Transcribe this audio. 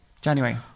January